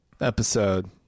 episode